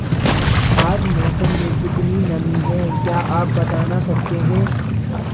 आज मौसम में कितनी नमी है क्या आप बताना सकते हैं?